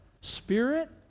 Spirit